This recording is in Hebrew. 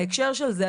בהקשר של זה,